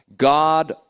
God